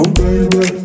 baby